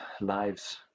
lives